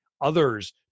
others